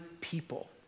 people